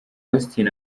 austin